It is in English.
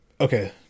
Okay